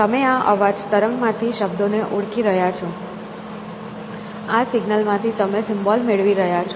તમે આ અવાજ તરંગમાંથી શબ્દોને ઓળખી રહ્યા છો આ સિગ્નલ માંથી તમે સિમ્બોલ મેળવી રહ્યા છો